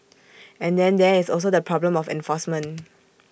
and then there is also the problem of enforcement